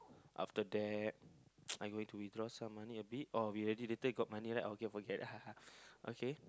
after that I going to withdraw some money a bit or we already later got money right okay forget okay